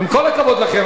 עם כל הכבוד לכם,